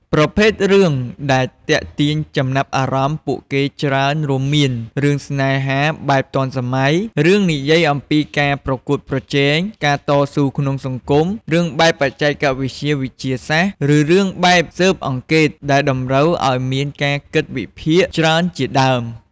ប្រភេទរឿងដែលទាក់ទាញចំណាប់អារម្មណ៍ពួកគេច្រើនរួមមាន រឿងស្នេហាបែបទាន់សម័យ រឿងនិយាយពីការប្រគួតប្រជែង ការតស៊ូក្នុងសង្គម រឿងបែបបច្ចេកវិទ្យាវិទ្យាសាស្រ្ដ ឬរឿងបែបស៊ើបអង្កេតដែលតម្រូវឲ្យមានការគិតវិភាគច្រើនជាដើម។